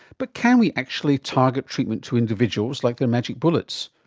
but can we actually target treatment to individuals like they are magic bullets?